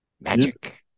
Magic